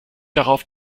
darauf